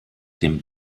dem